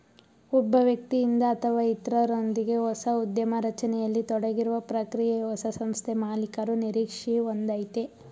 ಒಬ್ಬ ವ್ಯಕ್ತಿಯಿಂದ ಅಥವಾ ಇತ್ರರೊಂದ್ಗೆ ಹೊಸ ಉದ್ಯಮ ರಚನೆಯಲ್ಲಿ ತೊಡಗಿರುವ ಪ್ರಕ್ರಿಯೆ ಹೊಸ ಸಂಸ್ಥೆಮಾಲೀಕರು ನಿರೀಕ್ಷೆ ಒಂದಯೈತೆ